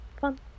Fun